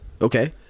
Okay